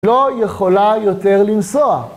לא יכולה יותר לנסוע.